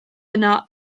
yna